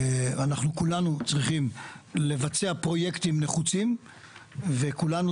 אנחנו כולנו צריכים לבצע פרויקטים נחוצים וכולנו